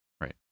Right